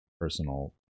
personal